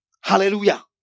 Hallelujah